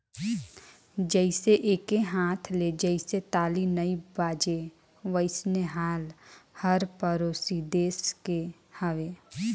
जइसे एके हाथ ले जइसे ताली नइ बाजे वइसने हाल हर परोसी देस के हवे